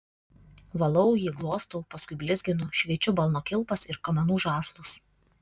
valau jį glostau paskui blizginu šveičiu balno kilpas ir kamanų žąslus